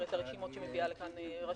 את הרשימות שמביאה לכאן רשות המיסים.